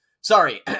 sorry